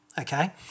okay